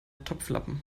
topflappen